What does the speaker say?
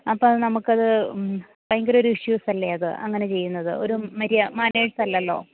അപ്പം അത് നമുക്ക് അത് ഭയങ്കരം ഒരു ഇഷ്യുസ് അല്ലെ അത് അങ്ങനെ ചെയ്യുന്നത് ഒരു മാനേഴ്സ് അല്ലല്ലോ